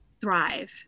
thrive